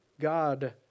God